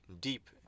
deep